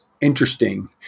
interesting